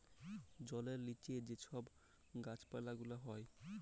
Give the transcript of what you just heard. জলের লিচে যে ছব গাহাচ পালা গুলা হ্যয়